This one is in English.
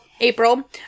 April